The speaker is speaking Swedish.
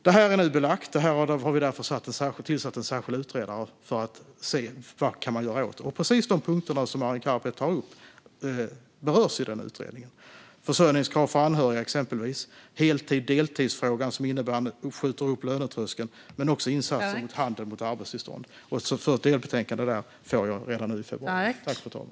Det här är nu belagt, och vi har tillsatt en särskild utredare för att se vad man kan göra åt det. Precis de punkter som Arin Karapet tar upp berörs i den utredningen: försörjningskrav för anhöriga, heltids och deltidsfrågan som innebär att man höjer lönetröskeln och också insatser mot handel med arbetstillstånd. Jag får ett delbetänkande redan i februari.